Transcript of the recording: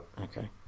Okay